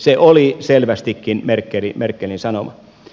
se oli selvästikin merkelin sanoma